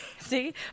see